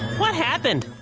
what happened?